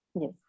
Yes